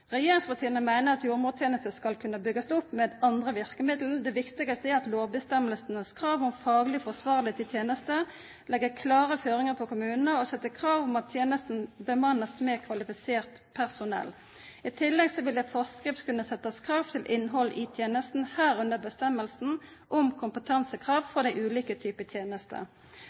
Regjeringspartia meiner at jordmortenesta skal kunna byggjast opp med andre verkemiddel. Det viktigaste er at lovvedtakets krav om fagleg forsvarlegheit i tenesta legg føringar på kommunane og set krav om at tenesta blir bemanna med kvalifisert personell. I tillegg vil ei forskrift kunna setja krav til innhald i tenesta, herunder føresegner om kompetansekrav for dei ulike typar tenester.